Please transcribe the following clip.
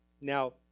Now